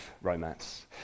romance